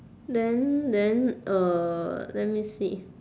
then then uh let me see